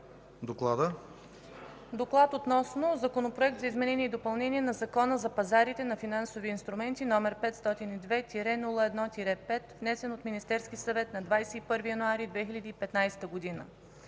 гласуване Законопроект за изменение и допълнение на Закона за пазарите на финансови инструменти, № 502-01-5, внесен от Министерския съвет на 21 януари 2015 г.”